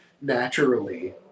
naturally